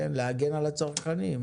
להגן על הצרכנים,